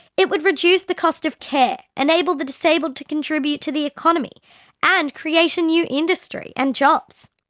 it would reduce the cost of care, enable the disabled to contribute to the economy and create a new industry and jobs.